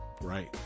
right